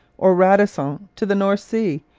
or radisson to the north sea,